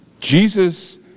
Jesus